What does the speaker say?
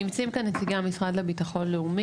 נמצאים כאן נציגי המשרד לביטחון לאומי.